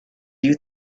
you